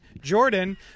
Jordan